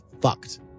fucked